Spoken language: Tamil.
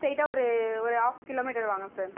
ஸ்ட்ரெய்ட்டாக ஒரு ஒரு ஹாஃப் கிலோமீட்டர் வாங்க சார்